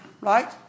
right